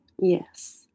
Yes